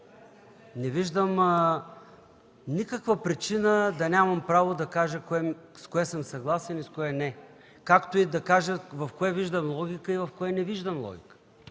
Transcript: Не виждам никаква причина да нямам право да кажа с кое съм съгласен и с кое – не, както и да кажа в какво виждам и в какво не виждам логика.